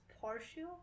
partial